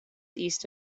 east